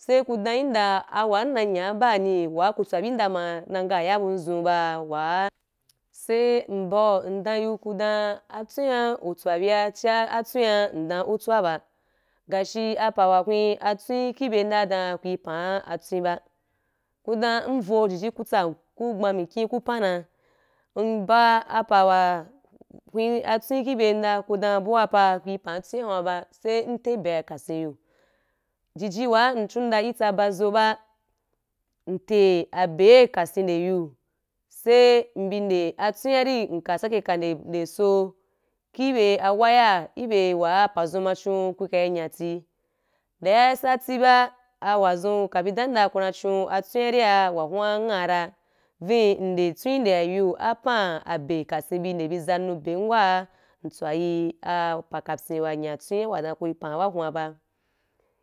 Saī ku dan yim da, awan ina yan ba’e’ni, wa ku twa yim da ma na ngɛh ya buzun ba wɛ’ɛ, sai nbau ndan yiku dan atwen utwa bi ya ciya atwen’a ndan utwa bu, “gashi” apa wa hweh twen ki ibeu da dan kui pan atwen ba. Ku dan ivo jiji ku tsa han, ku gba mikhi ku pan na, nba apa wa hweh atwen ki ibeu da, ku dan buwa pa kwi pan twen ahun ra ba, sai nte abe’a kasin yu, jiji wa īn chon du itsa ba zon ba, nte abe’a kasin nde yu, sai mbi nde atwen’a a ri nkɛ “sɛkye” ka nde so ki beu waya ibeu wa, pazu ma chon ku ka ye yanti, nde santi ba, auwu zu ka bi dan da ku na chon atwen’a ri wa hu ra ngha ra, vin, nde twen nde ya yu apan be kasin bi nde bi zanu ben wa ri ntwa yi apa kapyi wa ya twen wa dan kui pan wa’ hu ra ba,